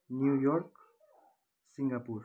New York Singapore